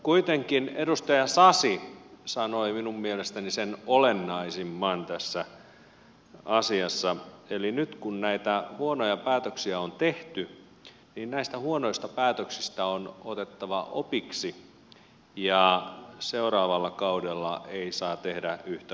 kuitenkin edustaja sasi sanoi minun mielestäni sen olennaisimman tässä asiassa eli nyt kun näitä huonoja päätöksiä on tehty niin näistä huonoista päätöksistä on otettava opiksi ja seuraavalla kaudella ei saa tehdä yhtä huonoa politiikkaa